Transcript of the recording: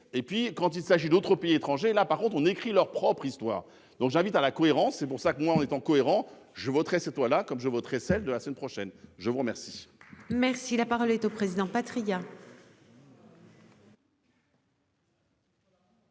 et puis quand il s'agit d'autres pays étrangers, là par contre on écrit leur propre histoire. Donc j'invite à la cohérence. C'est pour ça que moi en étant cohérent je voterai c'est toi là comme je voterai celle de la semaine prochaine. Je vous remercie. Merci la parole est au président Patriat.